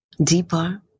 deeper